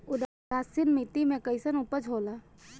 उदासीन मिट्टी में कईसन उपज होला?